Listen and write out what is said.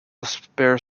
spare